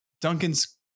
Duncan's